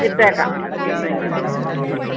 ഇട്ടേക്കാം thank you okay